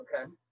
Okay